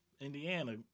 Indiana